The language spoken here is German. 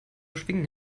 schwingen